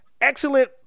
excellent